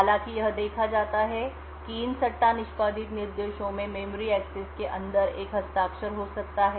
हालाँकि यह देखा जाता है कि इन सट्टा निष्पादित निर्देशों में मेमोरी एक्सिस के अंदर एक हस्ताक्षर हो सकता है